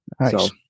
Nice